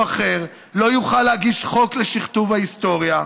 אחר לא יוכל להגיש חוק לשכתוב ההיסטוריה.